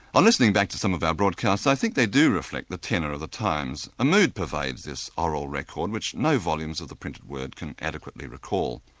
on listening back to some of our broadcasts i think they do refect the tenor of the times. a mood pervades this oral record which no volumes of the printed word can adequately recall.